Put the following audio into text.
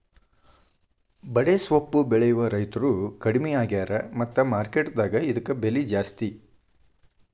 ಬಡೆಸ್ವಪ್ಪು ಬೆಳೆಯುವ ರೈತ್ರು ಕಡ್ಮಿ ಆಗ್ಯಾರ ಮತ್ತ ಮಾರ್ಕೆಟ್ ದಾಗ ಇದ್ಕ ಬೆಲೆ ಜಾಸ್ತಿ